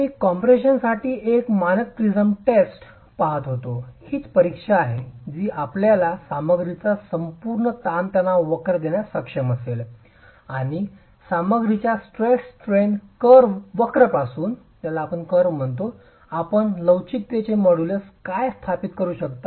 आम्ही कॉम्प्रेशनसाठी एक मानक प्रिझम टेस्ट पहात होतो हीच परीक्षा आहे जी आपल्याला सामग्रीचा संपूर्ण ताण तणाव वक्र देण्यास सक्षम असेल आणि सामग्रीच्या स्ट्रेस स्ट्रेन वक्रपासून आपण लवचिकतेचे मॉड्यूलस काय स्थापित करू शकता